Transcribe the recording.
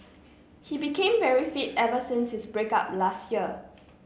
he became very fit ever since his break up last year